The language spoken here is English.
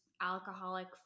alcoholic